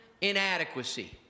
Inadequacy